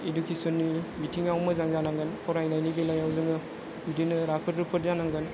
इदुकेसननि बिथिंआव मोजां जानांगोन फरायनायनि बेलायाव जोङो बिदिनो राफोद रुफोद जानांगोन